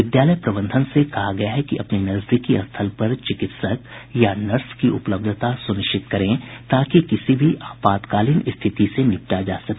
विद्यालय प्रबंधन से कहा गया है कि अपने नजदीकी स्थल पर चिकित्सक या नर्स की उपलब्धता सूनिश्चित करें ताकि किसी भी आपातकालीन स्थिति से निपटा जा सके